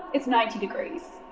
it's ninety degrees.